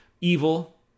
evil